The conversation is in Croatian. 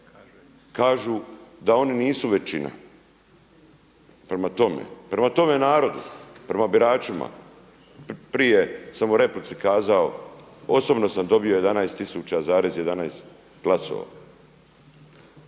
kažu da oni nisu većina. Prema tome, prema tome narodu, prema biračima prije sam u replici kazao osobno sam dobio 11 tisuća zarez 11 glasova.